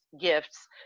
gifts